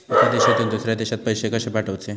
एका देशातून दुसऱ्या देशात पैसे कशे पाठवचे?